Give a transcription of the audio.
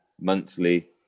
monthly